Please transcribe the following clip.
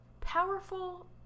powerful